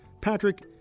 Patrick